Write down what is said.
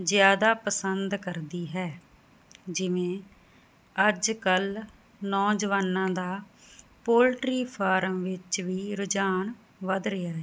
ਜ਼ਿਆਦਾ ਪਸੰਦ ਕਰਦੀ ਹੈ ਜਿਵੇਂ ਅੱਜ ਕੱਲ ਨੌਜਵਾਨਾਂ ਦਾ ਪੋਲਟਰੀ ਫਾਰਮ ਵਿੱਚ ਵੀ ਰੁਝਾਨ ਵੱਧ ਰਿਹਾ ਹੈ